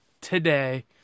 today